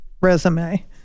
resume